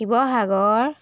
Sivasagar